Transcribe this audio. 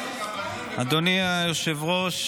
אדוני היושב-ראש,